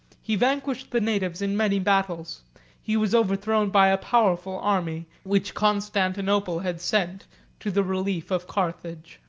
he vanquished the natives in many battles he was overthrown by a powerful army, which constantinople had sent to the relief of carthage.